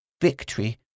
victory